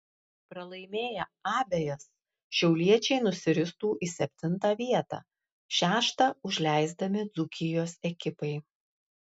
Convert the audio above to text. pralaimėję abejas šiauliečiai nusiristų į septintą vietą šeštą užleisdami dzūkijos ekipai